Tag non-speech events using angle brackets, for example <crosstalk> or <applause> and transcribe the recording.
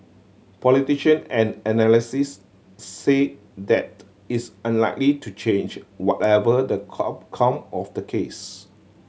politician and analysis say that is unlikely to change whatever the <unintelligible> come of the case